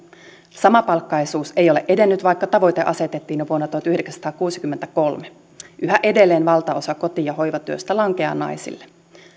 samapalkkaisuus ei ole edennyt vaikka tavoite asetettiin jo vuonna tuhatyhdeksänsataakuusikymmentäkolme yhä edelleen valtaosa koti ja hoivatyöstä lankeaa naisille